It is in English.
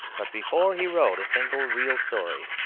but before he wrote a single real story,